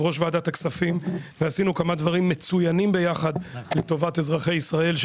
ראש ועדת הכספים ועשינו כמה דברים מצוינים ביחד לטובת אזרחי ישראל.